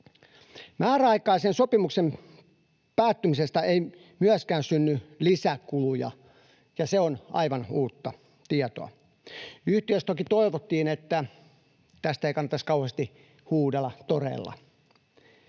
Määräaikaisen sopimuksen päättymisestä ei myöskään synny lisäkuluja, ja se on aivan uutta tietoa. Yhtiössä toki toivottiin, että tästä ei kannattaisi kauheasti huudella toreilla.